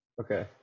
Okay